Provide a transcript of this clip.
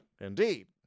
Indeed